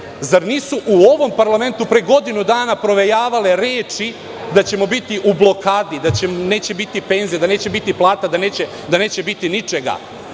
Zar nisu u ovom parlamentu pre godinu dana provejavale reči da ćemo biti u blokadi, da neće biti penzija, da neće biti plata, da neće biti ničega.